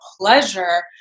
pleasure